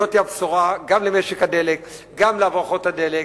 זו הבשורה גם למשק הדלק, גם להברחות הדלק,